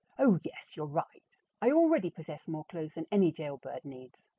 oh, yes, you're right i already possess more clothes than any jailbird needs,